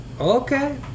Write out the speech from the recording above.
Okay